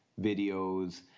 videos